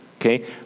Okay